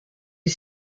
est